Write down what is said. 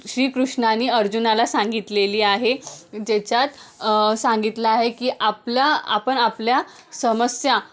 श्रीकृष्णानी अर्जुनाला सांगितलेली आहे ज्याच्यात सांगितलं आहे की आपला आपण आपल्या समस्या